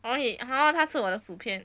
orh he !huh! 他吃我我的薯片